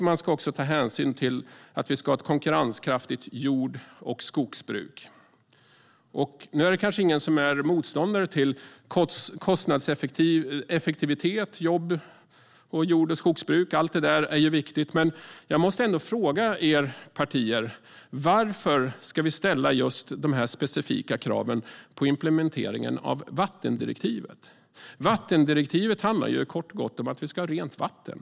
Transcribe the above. Man ska också ta hänsyn till att vi ska ha ett konkurrenskraftigt jord och skogsbruk. Nu är det kanske inte någon som är motståndare till kostnadseffektivitet, jobb, jord och skogsbruk - allt det där är ju viktigt. Men jag måste ändå fråga er partier: Varför ska vi ställa dessa specifika krav på implementeringen av vattendirektivet? Vattendirektivet handlar ju kort och gott om att vi ska ha rent vatten.